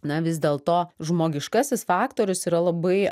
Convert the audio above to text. na vis dėl to žmogiškasis faktorius yra labai